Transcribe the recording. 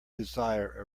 desire